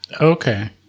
Okay